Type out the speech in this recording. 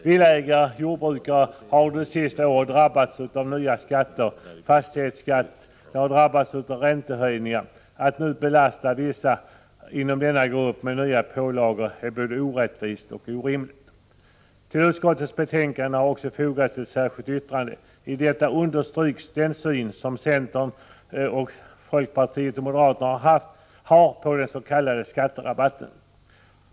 Villaägare och jordbrukare har under det senaste året drabbats av nya skatter, bl.a. fastighetsskatt och räntehöjningar. Att nu belasta vissa inom denna grupp med nya pålagor är både orättvist och orimligt. Till utskottsbetänkandet har också fogats ett särskilt yttrande. I detta understryks den syn som centern, folkpartiet och moderaterna har på den s.k. skatterabatten.